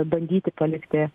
bandyti palikti